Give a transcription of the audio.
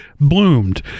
bloomed